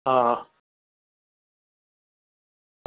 હા હા